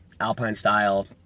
alpine-style